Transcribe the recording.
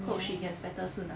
hope she gets better soon ah